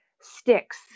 sticks